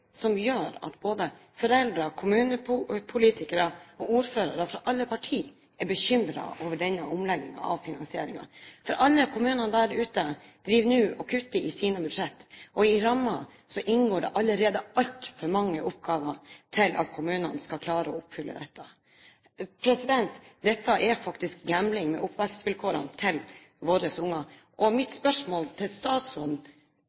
som gjør at både foreldre, kommunepolitikere og ordførere fra alle partier er bekymret over denne omleggingen av finansieringen. Alle kommunene der ute driver nå og kutter i sine budsjetter, og i rammen inngår det allerede altfor mange oppgaver til at kommunene skal kunne klare å oppfylle dette. Dette er faktisk gambling med oppvekstvilkårene til ungene våre.